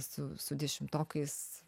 su su dešimtokais